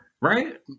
right